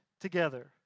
together